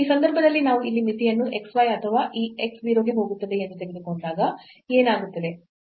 ಈ ಸಂದರ್ಭದಲ್ಲಿ ನಾವು ಇಲ್ಲಿ ಮಿತಿಯನ್ನು xy ಅಥವಾ ಈ x 0 ಗೆ ಹೋಗುತ್ತದೆ ಎಂದು ತೆಗೆದುಕೊಂಡಾಗ ಏನಾಗುತ್ತದೆ